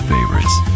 Favorites